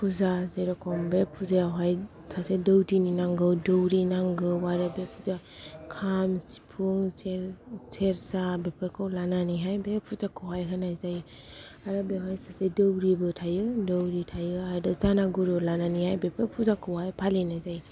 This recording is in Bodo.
फुजा जेरेखम बे फुजायावहाय सासे दौदिनि नांगौ दौरि नांगौ आरो बे पुजा खाम सिफुं सेरजा बेफोरखौ लानानैहाय बे फुजाखौहाय होनाय जायो आरो बावहाय सासे दौरिबो थायो दौरि थायो जाना गुरु लानानैहाय बेफोर फुजाखौहाय फालिनांगौ जायो